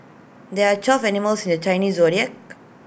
there are twelve animals in the Chinese Zodiac